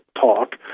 talk